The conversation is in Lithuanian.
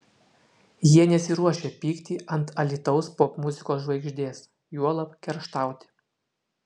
jie nesiruošia pykti ant alytaus popmuzikos žvaigždės juolab kerštauti